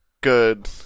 Good